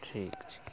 ठीक छै